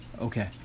Okay